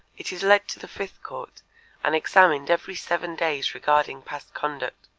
it is led to the fifth court and examined every seven days regarding past conduct.